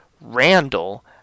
Randall